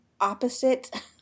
opposite